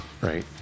right